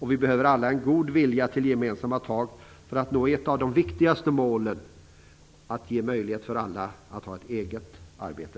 Vi behöver alla en god vilja till gemensamma tag för att nå ett av de viktigaste målen: att ge möjlighet för alla att ha ett eget arbete.